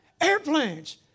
airplanes